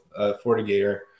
Fortigator